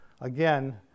Again